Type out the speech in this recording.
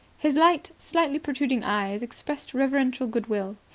his light, slightly protruding eyes expressed reverential good will.